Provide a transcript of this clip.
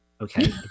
Okay